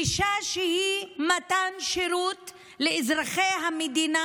לגישה שהיא מתן שירות לאזרחי המדינה,